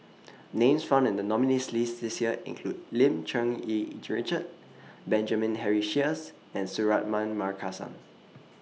Names found in The nominees' list This Year include Lim Cherng Yih Richard Benjamin Henry Sheares and Suratman Markasan